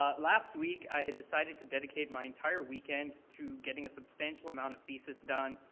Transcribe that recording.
ah last week i had decided to dedicate my entire weekend to getting a substantial amount of thesis done.